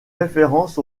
référence